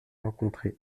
rencontré